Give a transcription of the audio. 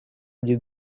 did